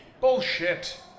Bullshit